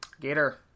Gator